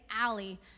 alley